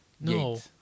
No